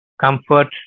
comfort